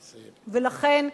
ולכן,